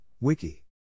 Wiki